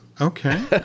okay